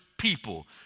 people